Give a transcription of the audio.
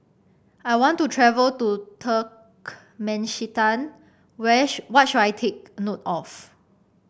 I want to travel to Turkmenistan where what should I take note of